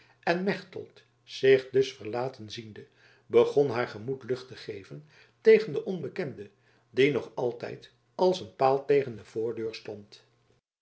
en mechtelt zich dus verlaten ziende begon haar gemoed lucht te geven tegen den onbekende die nog altijd als een paal tegen de voordeur stond